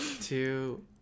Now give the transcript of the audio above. two